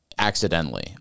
Accidentally